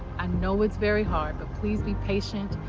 and know it's very hard, but please be patient,